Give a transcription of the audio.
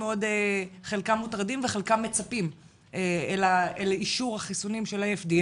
שחלקם מוטרדים וחלקם מצפים לאישור החיסונים של ה-FDA,